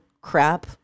crap